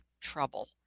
trouble